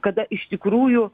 kada iš tikrųjų